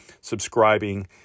subscribing